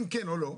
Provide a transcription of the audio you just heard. אם כן או לא,